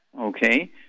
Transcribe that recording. okay